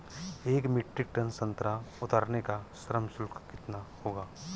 एक metric ton संतरा उतारने का श्रम शुल्क कितना होगा?